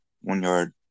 one-yard